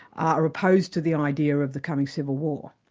are opposed to the idea of the coming civil war.